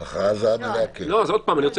לא, בהכרזה מלאה זה משהו אחר.